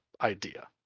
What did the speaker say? idea